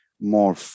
more